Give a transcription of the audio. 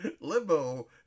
Limbo